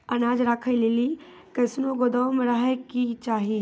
अनाज राखै लेली कैसनौ गोदाम रहै के चाही?